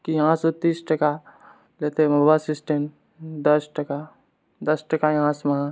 कि यहाँसँ तीस टका लेतए बस स्टैण्ड दश टका दश टका यहाँ से वहाँ